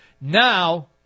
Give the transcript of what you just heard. Now